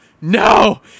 no